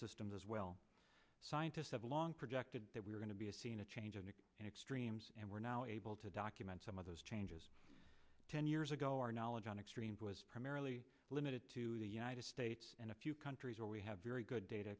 systems as well scientists have long projected that we're going to be a seeing a change in the extremes and we're now able to document some of those changes ten years ago our knowledge on experience was primarily limited to the united states and a few countries where we have very